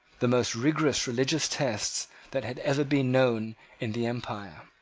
the most rigorous religious test that has ever been known in the empire.